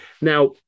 Now